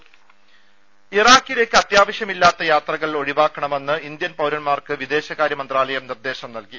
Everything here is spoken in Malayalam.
രുട്ട്ട്ട്ട്ട്ട്ട്ട ഇറാഖിലേക്ക് അത്യാവശ്യമില്ലാത്ത യാത്രകൾ ഒഴിവാക്കണമെന്ന് ഇന്ത്യൻ പൌരന്മാർക്ക് വിദേശകാര്യ മന്ത്രാലയം നിർദ്ദേശം നൽകി